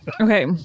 Okay